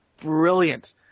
Brilliant